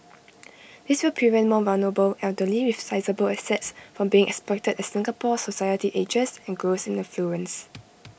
this will prevent more vulnerable elderly with sizeable assets from being exploited as Singapore society ages and grows in affluence